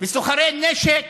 וסוחרי נשק